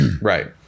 right